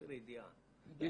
חוסר ידיעה.